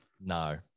No